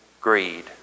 greed